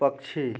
पक्षी